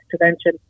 intervention